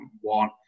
one